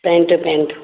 pant pant